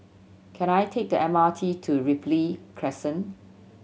can I take the M R T to Ripley Crescent